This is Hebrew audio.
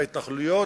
בהתנחלויות,